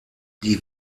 die